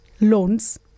loans